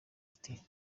ati